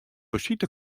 besite